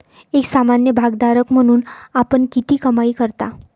एक सामान्य भागधारक म्हणून आपण किती कमाई करता?